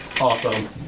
Awesome